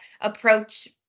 approach